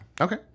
Okay